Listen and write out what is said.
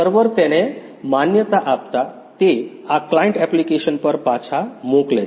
સર્વરે તેને માન્યતા આપતાં તે આ ક્લાયંટ એપ્લિકેશન પર પાછા મોકલે છે